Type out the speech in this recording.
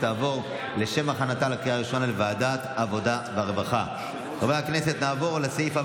לוועדת העבודה והרווחה נתקבלה.